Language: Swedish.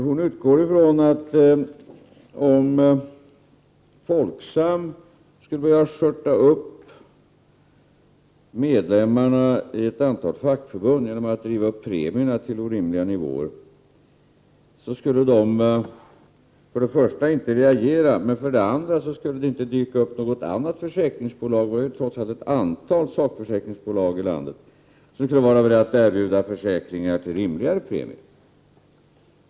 Hon utgår från, att om Folksam skulle börja skörta upp medlemmarna i ett antal fackförbund genom att driva upp premierna till orimliga nivåer, skulle de för det första inte reagera, och för det andra skulle det inte dyka upp något annat försäkringsbolag. Vi har trots allt ett antal sakförsäkringsbolag i landet, som skulle vara beredda att erbjuda försäkringar till rimligare premier.